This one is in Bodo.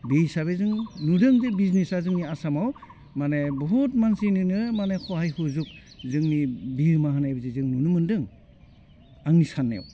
बे हिसाबै जों नुदों जे बिजनेसा जोंनि आसामाव माने बुहुत मानसिनोनो माने हहाय हुजुग जोंनि बिहोमा होनाय बायदि जों नुनो मोन्दों आंनि साननायाव